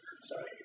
Sorry